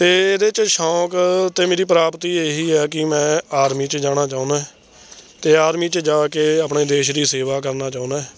ਅਤੇ ਇਹਦੇ 'ਚ ਸ਼ੌਕ ਅਤੇ ਮੇਰੀ ਪ੍ਰਾਪਤੀ ਇਹੀ ਆ ਕਿ ਮੈਂ ਆਰਮੀ 'ਚ ਜਾਣਾ ਚਾਹੁੰਦਾ ਅਤੇ ਆਰਮੀ 'ਚ ਜਾ ਕੇ ਆਪਣੇ ਦੇਸ਼ ਦੀ ਸੇਵਾ ਕਰਨਾ ਚਾਹੁੰਦਾ